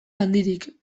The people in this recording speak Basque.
handirik